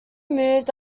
moved